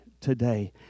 today